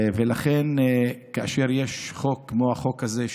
ולכן כאשר יש חוק כמו החוק הזה,